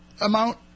amount